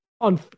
on